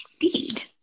indeed